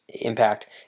impact